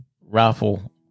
rifle